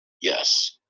Yes